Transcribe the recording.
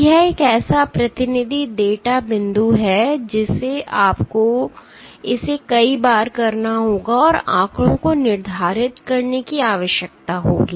तो यह एक ऐसा प्रतिनिधि डेटा बिंदु है जिसे आपको इसे कई बार करना होगा और आंकड़ों को निर्धारित करने की आवश्यकता होगी